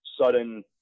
sudden